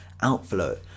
outflow